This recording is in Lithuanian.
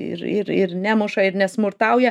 ir ir ir nemuša ir nesmurtauja